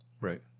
Right